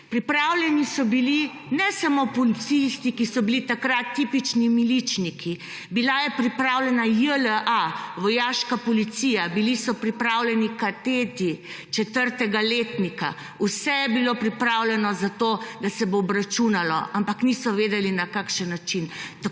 Pripravljeni so bili ne samo policisti, ki so bili takrat tipični miličniki. Bila je pripravljena JLA, vojaška policija. Bili so 48. TRAK: (VP) 18.15 (nadaljevanje) pripravljeni kadeti četrtega letnika, vse je bilo pripravljeno za to, da se bo obračunalo. Ampak niso vedeli, na kakšen način.